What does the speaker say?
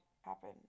happen